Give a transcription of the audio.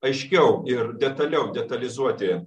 aiškiau ir detaliau detalizuoti